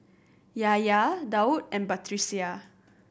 Yahya Daud and Batrisya